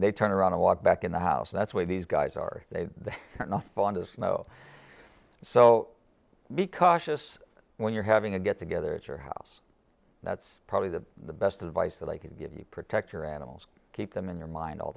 they turn around and walk back in the house that's why these guys are they the north on the snow so because this when you're having a get together at your house that's probably the best advice that i can give you protect your animals keep them in your mind all